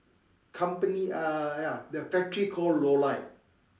company uh ya the factory called Rollei